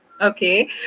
Okay